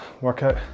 workout